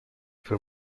for